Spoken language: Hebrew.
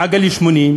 מעל גיל 80,